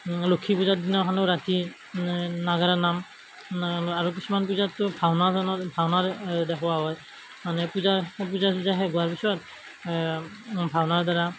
লক্ষী পূজাৰ দিনাখনো ৰাতি নাগাৰা নাম আৰু কিছুমান পূজাতটো ভাওঁনা চাওঁনাও ভাওঁনাও দেখুওঁৱা হয় মানে পূজা পূজা চূজা শেষ হোৱাৰ পিছত ভাওঁনাৰ দ্বাৰা